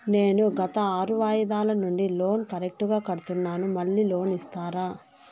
నేను గత ఆరు వాయిదాల నుండి లోను కరెక్టుగా కడ్తున్నాను, మళ్ళీ లోను ఇస్తారా?